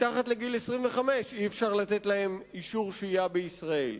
מתחת לגיל 25 אי-אפשר לתת להן אישור שהייה ישראל.